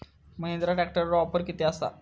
महिंद्रा ट्रॅकटरवर ऑफर किती आसा?